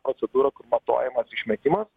procedūra kur matuojamas išmetimas